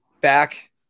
back